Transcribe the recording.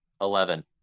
Eleven